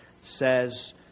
says